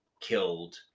killed